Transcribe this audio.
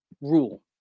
rule